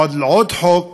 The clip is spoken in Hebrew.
עוד חוק